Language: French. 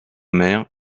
mère